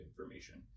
information